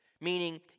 Meaning